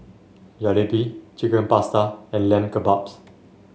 Jalebi Chicken Pasta and Lamb Kebabs